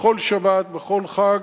בכל שבת, בכל חג